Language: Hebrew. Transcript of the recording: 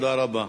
תודה רבה.